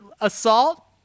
Assault